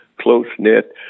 close-knit